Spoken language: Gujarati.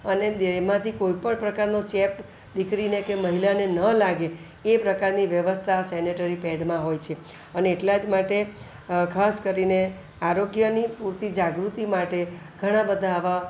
અને દેહમાંથી કોઈ પણ પ્રકારનો ચેપ દીકરીને કે મહિલાને ન લાગે એ પ્રકારની વ્યવસ્થા સેનેટરી પેડમાં હોય છે અને એટલા જ માટે ખાસ કરીને આરોગ્યની પૂરતી જાગૃતિ માટે ઘણા બધા આવા